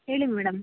ಹೇಳಿ ಮೇಡಮ್